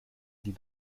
die